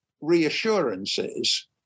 reassurances